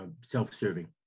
self-serving